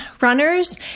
runners